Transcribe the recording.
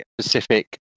specific